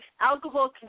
alcohol